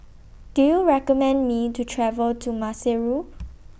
Do YOU recommend Me to travel to Maseru